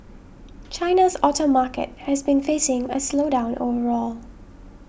China's auto market has been facing a slowdown overall